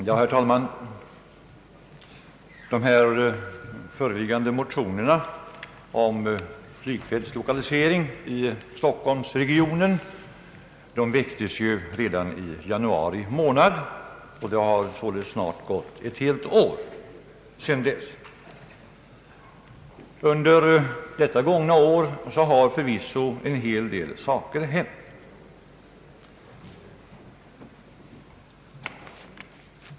Herr talman! De föreliggande motionerna om lokalisering av flygfält i stockholmsregionen väcktes redan i januari månad. Det har således snart gått ett helt år sedan dess, och under den tiden har förvisso en hel del hänt.